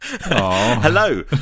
Hello